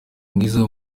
mwiza